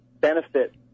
benefit